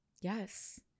Yes